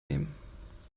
nehmen